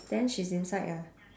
then she's inside ah